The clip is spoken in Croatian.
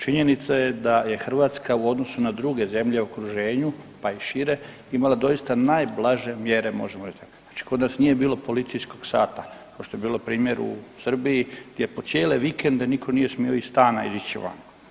Činjenica je da je Hrvatska u odnosu na druge zemlje u okruženju, pa i šire imala doista najblaže mjere možemo reć tako, znači kod nas nije bilo policijskog sata košto je bilo primjer u Srbiji gdje po cijele vikende nitko nije smio iz stana izaći van.